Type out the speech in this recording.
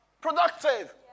productive